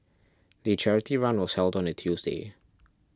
the charity run was held on a Tuesday